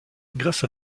grâce